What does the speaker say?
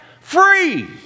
free